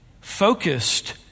focused